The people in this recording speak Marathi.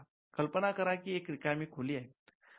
कल्पना करा ही एक रिकामी खोली आहे